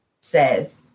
says